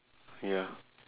ya